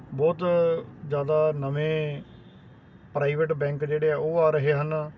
ਬਹੁਤ ਜ਼ਿਆਦਾ ਨਵੇਂ ਪ੍ਰਾਈਵੇਟ ਬੈਂਕ ਜਿਹੜੇ ਹੈ ਉਹ ਆ ਰਹੇ ਹਨ